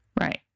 right